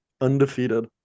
undefeated